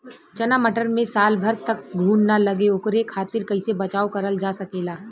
चना मटर मे साल भर तक घून ना लगे ओकरे खातीर कइसे बचाव करल जा सकेला?